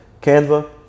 Canva